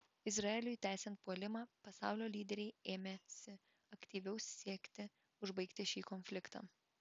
izraeliui tęsiant puolimą pasaulio lyderiai ėmėsi aktyviau siekti užbaigti šį konfliktą